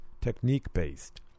technique-based